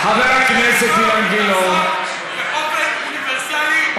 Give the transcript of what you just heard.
בגלל הטרור הזה.